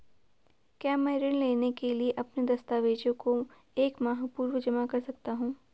क्या मैं ऋण लेने के लिए अपने दस्तावेज़ों को एक माह पूर्व जमा कर सकता हूँ?